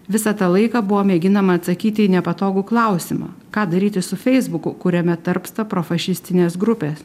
visą tą laiką buvo mėginama atsakyti į nepatogų klausimą ką daryti su feisbuku kuriame tarpsta profašistinės grupės